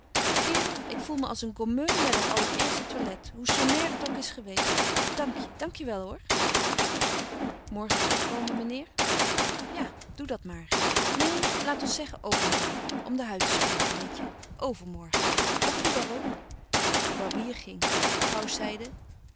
kerel ik voel me als een gommeux na dat allereerste toilet hoe sommair het ook is geweest dank je dank je wel hoor morgen terugkomen meneer ja doe dat maar neen laat ons zeggen overmorgen om de huid te sparen weet je overmorgen dag figaro de barbier ging pauws zeide